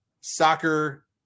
soccer